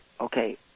Okay